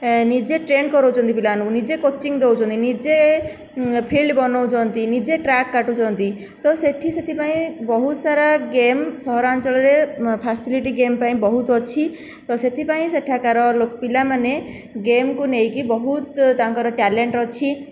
ନିଜେ ଟ୍ରେନ କରାଉଛନ୍ତି ପିଲାଙ୍କୁ ନିଜେ କୋଚିଂ ଦେଉଛନ୍ତି ନିଜେ ଫିଲ୍ଡ଼ ବନାଉଛନ୍ତି ନିଜେ ଟ୍ରାକ୍ କାଟୁଛନ୍ତି ତ ସେଠି ସେଥିପାଇଁ ବହୁତ ସାରା ଗେମ୍ ସହରାଞ୍ଚଳରେ ଫାସିଲିଟି ଗେମ୍ ପାଇଁ ବହୁତ ଅଛି ତ ସେଥିପାଇଁ ସେଠାକାର ପିଲାମାନେ ଗେମ୍କୁ ନେଇକି ବହୁତ ତାଙ୍କର ଟ୍ୟାଲେଣ୍ଟ ଅଛି